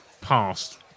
past